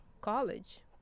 College